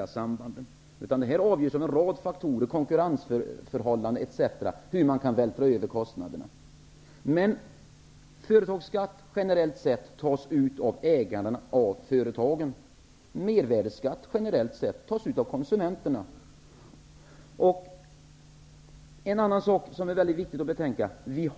Avgörande här är i stället en rad andra faktorer -- konkurrensförhållanden osv. Det handlar om hur man kan vältra över kostnaderna. Generellt sett tas företagsskatt ut av företagsägaren och mervärdesskatt av konsumenterna. Vidare är det viktigt att betänka att svenska